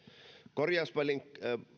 korjausvelan